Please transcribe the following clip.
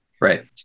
Right